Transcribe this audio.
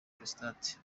prostate